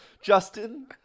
Justin